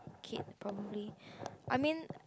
kid probably I mean